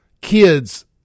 kids